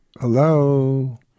Hello